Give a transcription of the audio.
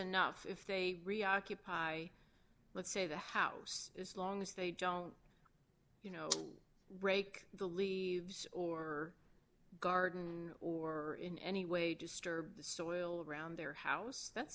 enough if they reoccupied i let's say the house is long as they don't you know rake the leaves or garden or in any way disturb the soil around their house that